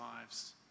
lives